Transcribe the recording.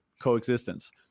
coexistence